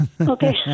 Okay